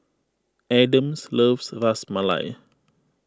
Adams loves Ras Malai